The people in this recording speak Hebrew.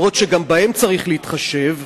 שגם בהם צריך להתחשב,